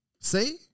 See